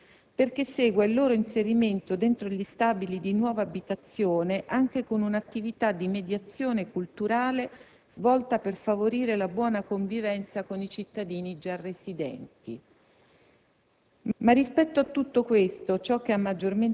affidate dall'ente locale ad una cooperativa perché segua il loro inserimento dentro gli stabili di nuova abitazione anche con un'attività di mediazione culturale svolta per favorire la buona convivenza con i cittadini già residenti.